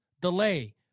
delay